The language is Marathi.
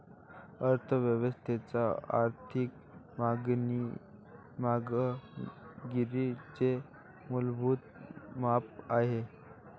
अर्थ व्यवस्थेच्या आर्थिक कामगिरीचे मूलभूत माप आहे